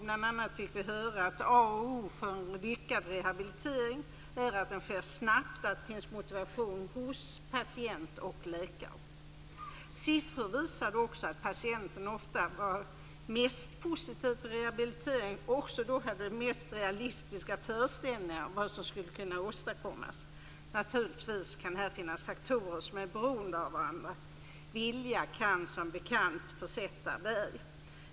Bl.a. fick vi höra att a och o för en lyckad rehabilitering är att den sker snabbt och att det finns motivation hos patient och läkare. Siffror visade också att patienten ofta var mest positiv till rehabilitering och också hade de mest realistiska föreställningarna om vad som skulle kunna åstadkommas. Naturligtvis kan här finnas faktorer som är beroende av varandra. Vilja kan som bekant försätta berg.